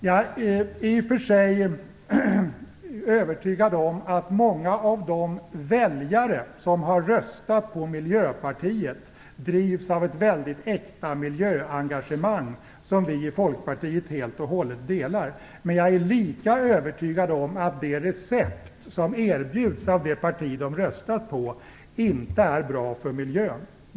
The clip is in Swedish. Jag är i och för sig övertygad om att många av de väljare som har röstat på Miljöpartiet drivs av ett mycket äkta miljöengagemang som vi i Folkpartiet helt och hållet delar. Men jag är lika övertygad om att det recept som erbjuds av det parti de röstat på inte är bra för miljön.